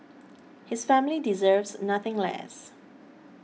his family deserves nothing less